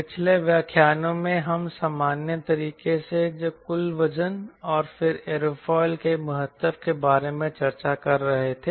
पिछले व्याख्यानों में हम सामान्य तरीके से कुल वजन और फिर एयरोफॉयल के महत्व के बारे में चर्चा कर रहे थे